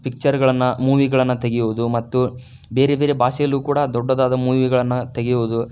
ಪಿಕ್ಚರ್ಗಳನ್ನು ಮೂವಿಗಳನ್ನು ತೆಗೆಯೋದು ಮತ್ತು ಬೇರೆ ಬೇರೆ ಭಾಷೆಯಲ್ಲೂ ಕೂಡ ದೊಡ್ಡದಾದ ಮೂವಿಗಳನ್ನು ತೆಗೆಯೋದು